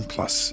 Plus